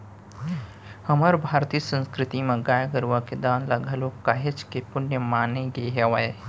हमर भारतीय संस्कृति म गाय गरुवा के दान ल घलोक काहेच के पुन्य माने गे हावय